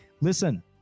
Listen